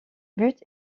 but